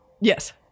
yes